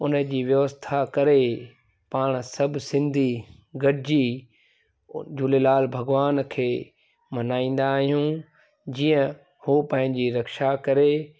उनजी व्यवस्था करे पाण सभु सिंधी गॾिजी झूलेलाल भॻवान खे मनाईंदा आहियूं जीअं हू पंहिंजी रक्षा करे